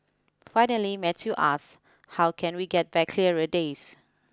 finally Matthew asks how can we get back clearer days